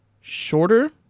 shorter